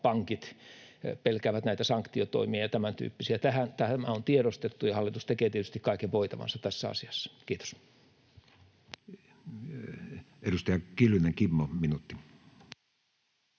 pankit pelkäävät näitä sanktiotoimia ja tämäntyyppisiä. Tämä on tiedostettu, ja hallitus tekee tietysti kaiken voitavansa tässä asiassa. — Kiitos. [Speech 49] Speaker: Matti